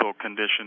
condition